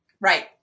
Right